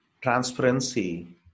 transparency